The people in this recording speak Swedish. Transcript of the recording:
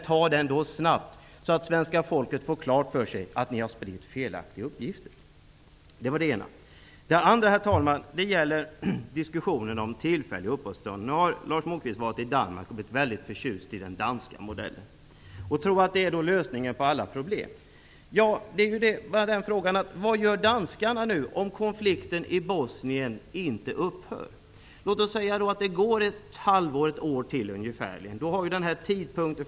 Gör det då snabbt, så att svenska folket får klart för sig att ni i Ny demokrati har spritt felaktiga uppgifter! Jag vill också kommentera diskussionen om tillfälliga uppehållstillstånd. Lars Moquist har varit i Danmark och blivit väldigt förtjust i den danska modellen. Han tror att den är lösningen på alla problem. Frågan är bara vad danskarna skall göra om konflikten i Bosnien inte upphör. Låt oss säga att den pågår i ungefär ett halvår eller ett år till.